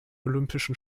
olympischen